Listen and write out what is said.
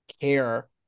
care